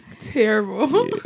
terrible